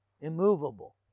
immovable